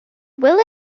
will